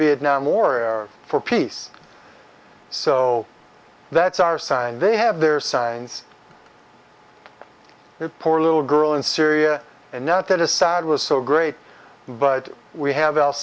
vietnam war or for peace so that's our sign they have their signs their poor little girl in syria and not that assad was so great but we have al